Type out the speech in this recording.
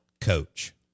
coach